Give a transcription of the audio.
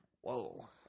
Whoa